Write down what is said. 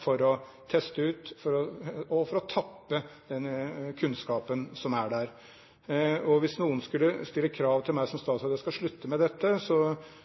for å teste ut, for å tappe den kunnskapen som er der. Hvis noen skulle stille krav til meg som statsråd at jeg skal slutte med dette,